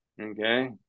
Okay